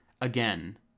again